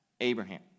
Abraham